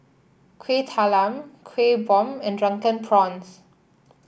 Kuih Talam Kuih Bom and Drunken Prawns